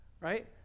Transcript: Right